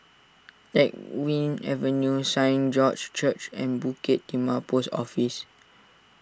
Teck Whye Avenue Saint George's Church and Bukit Timah Post Office